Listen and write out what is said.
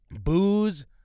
booze